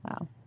Wow